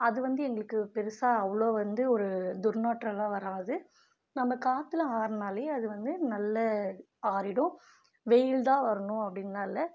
அது வந்து எங்களுக்கு பெருசாக அவ்வளோ வந்து ஒரு துர்நாற்றலாம் வராது நம்ம காற்றில் ஆறினாலே அது வந்து நல்ல ஆறிடும் வெயில்தான் வரணும் அப்படின்லான் இல்லை